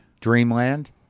Dreamland